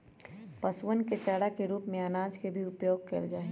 पशुअन के चारा के रूप में अनाज के भी उपयोग कइल जाहई